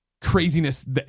craziness